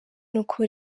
nuko